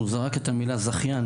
הוא זרק את המילה "זכיין".